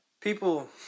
People